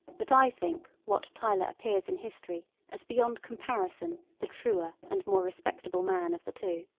that i think wat tyler appears in history as beyond comparison the truer and more respectable man of the two.